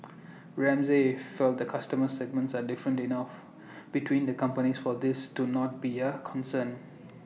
Ramsay feels the customer segments are different enough between the companies for this to not be A concern